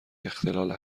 اختلال